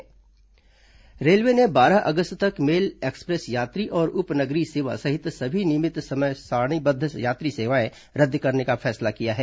railway यात्री train railway ने बारह अगस्त तक मेल एक्सप्रेस यात्री और उपनगरीय सेवा सहित सभी नियमित समय सारणीबद्ध यात्री सेवाएं रद्द करने का फैसला किया है